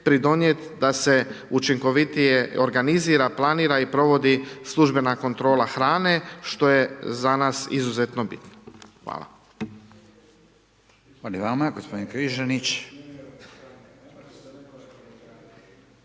da se učinkovitije organizira, planira i provodi službena kontrola hrane što je za nas izuzetno bitno. Hvala.